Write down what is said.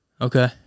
Okay